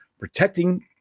Protecting